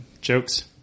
jokes